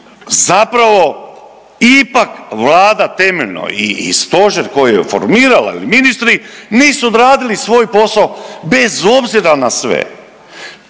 zapravo ipak Vlada temeljno i Stožer koji je formirala i ministri nisu odradili svoj posao bez obzira na sve.